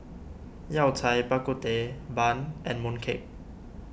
Yao Cai Bak Kut Teh Bun and Mooncake